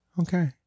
Okay